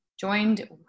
Joined